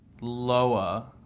lower